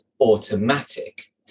automatic